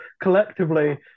collectively